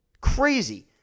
Crazy